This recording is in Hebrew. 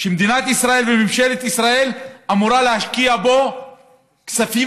שמדינת ישראל וממשלת ישראל אמורות להשקיע בו כספים